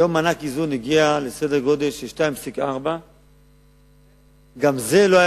היום מענק איזון הגיע לסדר גודל של 2.4. גם זה לא היה